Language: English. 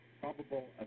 probable